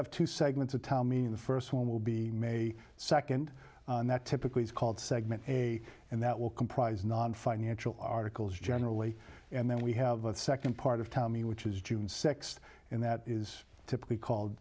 have two segments of tommy in the first one will be may second and that typically is called segment a and that will comprise nonfinancial articles generally and then we have a second part of tommy which is june sixth and that is typically called